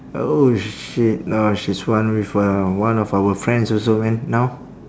oh shit no she's one with uh one of our friends also man now